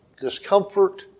discomfort